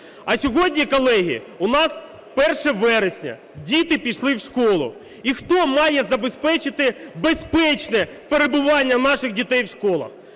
А сьогодні, колеги, у нас 1 вересня, діти пішли в школу, і хто має забезпечити безпечне перебування наших дітей в школах?